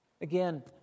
Again